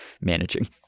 managing